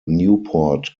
newport